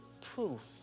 proof